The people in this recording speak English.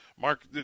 mark